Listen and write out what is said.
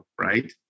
right